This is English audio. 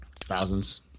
Thousands